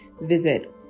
visit